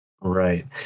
Right